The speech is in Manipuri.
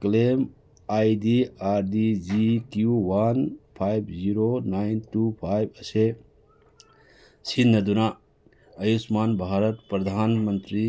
claim I D R D G Q one five zero nine two five ꯑꯁꯦ ꯁꯤꯖꯤꯟꯅꯗꯨꯅ ꯑꯌꯨꯁꯃꯥꯟ ꯚꯥꯔꯠ ꯄ꯭ꯔꯙꯥꯟ ꯃꯟꯇ꯭ꯔꯤ